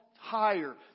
higher